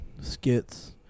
skits